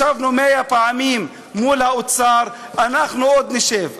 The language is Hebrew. ישבנו מאה פעמים מול האוצר, ועוד נשב.